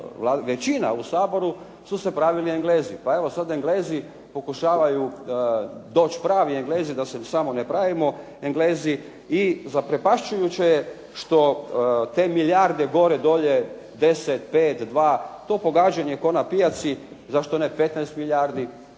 većina u Saboru su se pravili Englezi. Pa evo sad Englezi pokušavaju doć pravi Englezi da se samo ne pravimo Englezi i zaprepašćujuće je što te milijarde gore, dolje, 10, 5, 2, to pogađanje ko na pijaci. Zašto ne 15 milijardi,